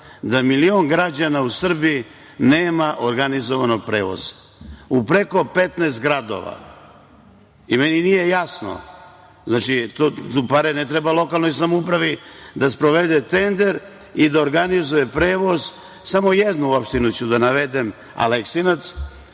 da milion građana u Srbiji nema organizovan prevoz u preko 15 gradova i meni nije jasno, a pare ne trebaju lokalnoj samoupravi da sprovede tender i da organizuje prevoz. Samo jednu opštinu ću da navedem, Aleksinac,